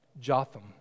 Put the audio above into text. Jotham